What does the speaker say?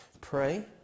pray